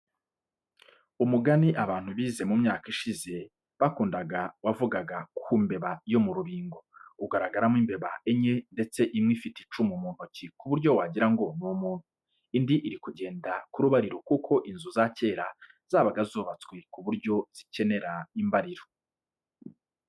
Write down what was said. Umugani abantu bize mu myaka ishize bakundaga wavugaga ku mbeba yo mu rubingo, ugaragaramo imbeba enye ndetse imwe ifite icumu mu ntoki ku buryo wagira ngo ni umuntu, indi iri kugenda ku rubariro kuko inzu za kera zabaga zubatswe ku buryo zikenera imbariro.